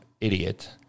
idiot